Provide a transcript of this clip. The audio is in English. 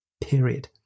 period